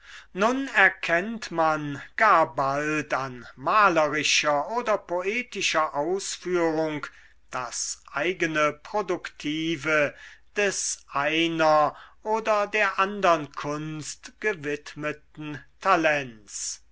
nun erkennt man gar bald an malerischer oder poetischer ausführung das eigene produktive des einer oder der andern kunst gewidmeten talents